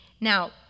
now